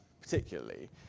particularly